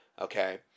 okay